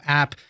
app